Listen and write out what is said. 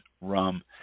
rum